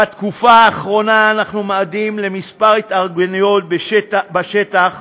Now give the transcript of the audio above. בתקופה האחרונה אנו עדים לכמה התארגנויות בשטח,